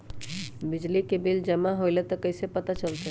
बिजली के बिल जमा होईल ई कैसे पता चलतै?